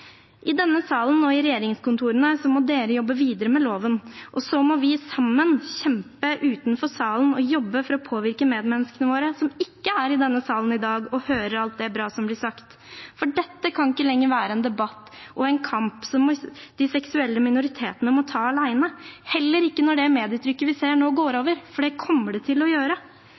I denne salen og i regjeringskontorene må dere jobbe videre med loven, og så må vi sammen kjempe utenfor salen og jobbe for å påvirke medmenneskene våre som ikke er i denne salen i dag og hører alt det bra som blir sagt. Dette kan ikke lenger være en debatt og en kamp som de seksuelle minoritetene må ta alene, heller ikke når det medietrykket vi ser nå, går over, for det kommer det til å gjøre.